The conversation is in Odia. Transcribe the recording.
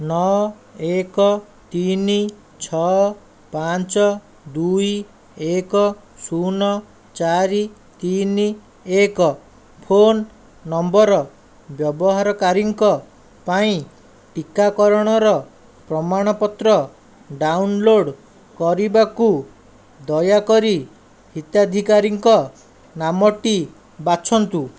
ନଅ ଏକ ତିନି ଛଅ ପାଞ୍ଚ ଦୁଇ ଏକ ଶୂନ ଚାରି ତିନି ଏକ ଫୋନ୍ ନମ୍ବର ବ୍ୟବହାରକାରୀଙ୍କ ପାଇଁ ଟିକାକରଣର ପ୍ରମାଣପତ୍ର ଡାଉନଲୋଡ଼ କରିବାକୁ ଦୟାକରି ହିତାଧିକାରିଙ୍କ ନାମଟି ବାଛନ୍ତୁ